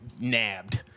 nabbed